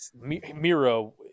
Miro